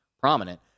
prominent